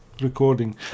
recording